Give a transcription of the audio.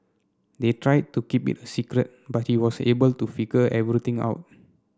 they tried to keep it a secret but he was able to figure everything out